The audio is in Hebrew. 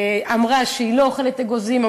אמרה שהיא לא אוכלת אגוזים.